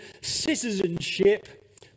citizenship